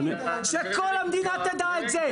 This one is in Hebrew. שכל המדינה תדע את זה.